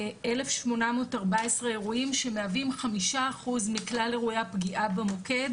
1,814 אירועים שמהווים 5% מכלל אירועי הפגיעה במוקד,